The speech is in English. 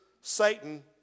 Satan